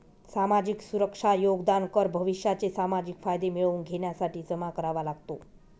सामाजिक सुरक्षा योगदान कर भविष्याचे सामाजिक फायदे मिळवून घेण्यासाठी जमा करावा लागतो